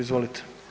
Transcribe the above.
Izvolite.